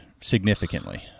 significantly